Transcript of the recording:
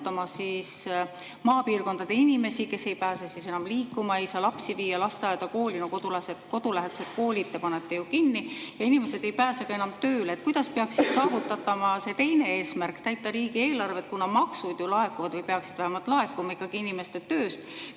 maapiirkondade inimesi, kes ei pääse sel juhul enam liikuma, ei saa lapsi viia lasteaeda ega kooli – kodulähedased koolid te panete ju kinni – ja inimesed ei pääse enam tööle? Ja kuidas saavutataks see teine eesmärk – täita riigieelarvet? Maksud ju laekuvad – või peaksid vähemalt laekuma – ikkagi inimeste tööst,